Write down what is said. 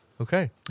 Okay